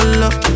love